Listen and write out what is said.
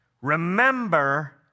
remember